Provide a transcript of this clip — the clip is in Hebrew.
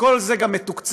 וכל זה גם מתוקצב